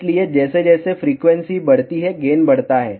इसलिए जैसे जैसे फ्रीक्वेंसी बढ़ती है गेन बढ़ता है